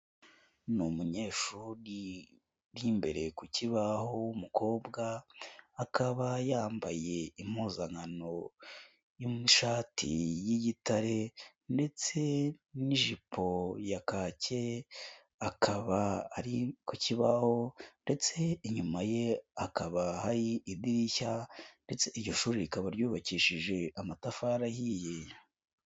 Ni umunyeshuri uri imbere ku kibaho w'umukobwa akaba yambaye impuzankano y'ishati y'igitare ndetse n'ijipo ya kake akaba ari ku kibaho ndetse inyuma ye hakaba hari idirishya ndetse iryo shuri rikaba ryubakishije amatafari ahiye.